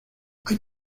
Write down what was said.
hay